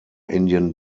indian